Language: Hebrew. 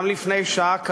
גם לפני שעה קלה,